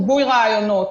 ריבוי רעיונות,